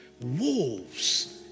wolves